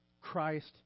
Christ